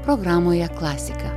programoje klasika